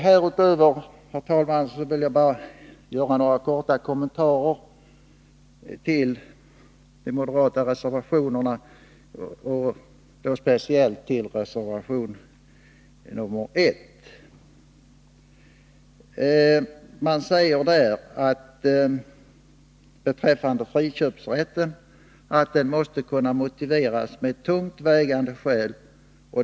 Låt mig, herr talman, härutöver bara göra några korta kommentarer till de moderata reservationerna, speciellt reservation 1. I den sägs att ett införande av en friköpsrätt måste kunna motiveras med mycket tungt vägande skäl.